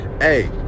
hey